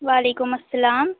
وعلیکم السلام